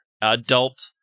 adult